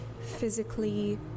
physically